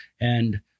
And-